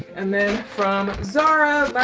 and then from zara,